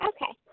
Okay